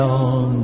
on